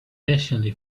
patiently